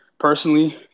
Personally